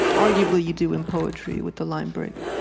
arguably, you do, in poetry, with the line break.